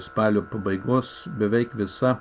spalio pabaigos beveik visa